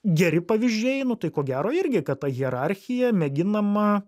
geri pavyzdžiai nu tai ko gero irgi kad ta hierarchija mėginama